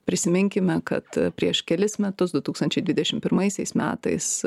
prisiminkime kad prieš kelis metus du tūkstančiai dvidešim pirmaisiais metais